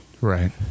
Right